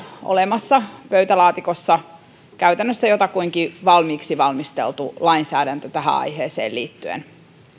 olemassa pöytälaatikossa käytännössä jotakuinkin valmiiksi valmisteltu lainsäädäntö tähän aiheeseen liittyen